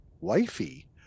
wifey